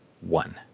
one